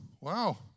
wow